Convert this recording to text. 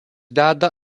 deda